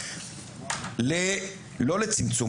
לא לצמצום,